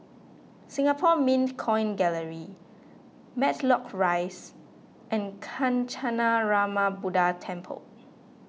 Singapore Mint Coin Gallery Matlock Rise and Kancanarama Buddha Temple